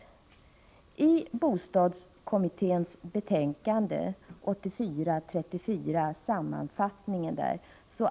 I sammanfattningen i bostadskommitténs betänkande 84:34